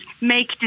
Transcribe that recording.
make